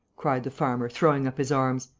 cried the farmer, throwing up his arms.